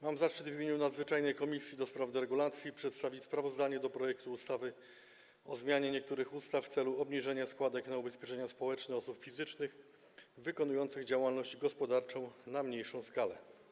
Mam zaszczyt w imieniu Komisji Nadzwyczajnej do spraw deregulacji przedstawić sprawozdanie w sprawie projektu ustawy o zmianie niektórych ustaw w celu obniżenia składek na ubezpieczenia społeczne osób fizycznych wykonujących działalność gospodarczą na mniejszą skalę.